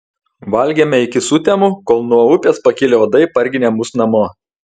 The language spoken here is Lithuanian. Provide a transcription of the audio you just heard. valgėme iki sutemų kol nuo upės pakilę uodai parginė mus namo